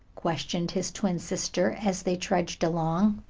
questioned his twin sister, as they trudged along.